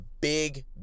big